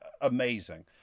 amazing